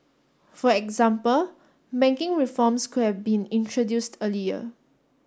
for example banking reforms could have been introduced earlier